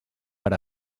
per